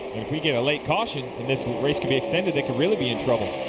if we get a late caution, this race could be extended, they could really be in trouble.